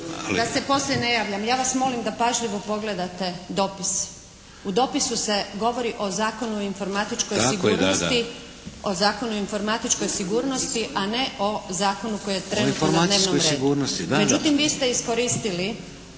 da se poslije ne javljam. Ja vas molim da pažljivo pogledate dopis. U dopisu se govori o Zakonu o informatičkoj sigurnosti, a ne o zakonu koji je trenutno na dnevnom redu.